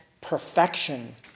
perfection